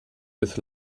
with